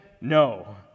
no